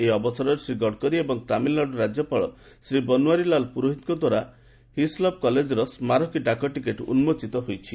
ଏହି ଅବସରରେ ଶ୍ରୀ ଗଡ଼କରୀ ଏବଂ ତାମିଲନାଡୁ ରାଜ୍ୟପାଳ ଶ୍ରୀ ବନ୍ୱାରୀଲାଲ୍ ପୁରୋହିତଙ୍କ ଦ୍ୱାରା ହିସ୍ଲପ୍ କଲେଜର ସ୍କାରକୀ ଡାକଟିକେଟ୍ ଉନ୍କୋଚିତ ହୋଇଛି